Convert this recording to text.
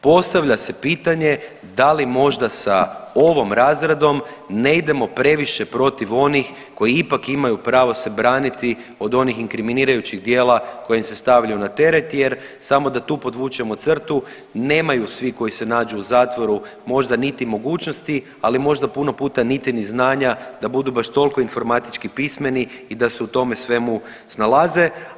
Postavlja se pitanje da li možda sa ovom razradom ne idemo previše protiv onih koji ipak imaju pravo se braniti od onih inkriminirajućih dijela koja im se stavljaju na teret jer samo da tu podvučemo crtu nemaju svi koji se nađu u zatvoru možda niti mogućnosti, ali možda puno puta niti ni znanja da budu baš tolko informatički pismeni i da se u tome svemu snalaze.